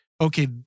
okay